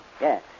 Yes